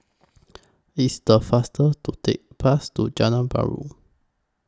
It's The faster to Take Bus to Jalan Perahu